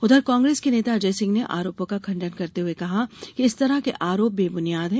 उधर कांग्रेस के नेता अजय सिंह ने आरोपों का खंडन करते हुए कहा कि इस तरह के आरोप बेबुनियाद है